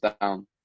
down